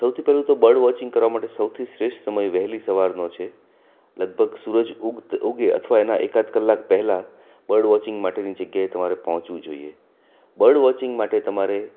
સૌથી પહેલું તો બર્ડ વોચિંગ કરવા માટે સૌથી શ્રેષ્ઠ સમય વહેલી સવારનો છે લગભગ સૂરજ ઊગ ઊગે અથવા એના એકાદ કલાક પહેલાં બર્ડ વોચિંગ માટેની જગ્યાએ તમારે પહોંચવું જોઈએ બર્ડ વોચિંગ માટે તમારે